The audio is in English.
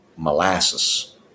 molasses